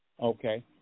Okay